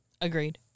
Agreed